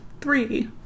three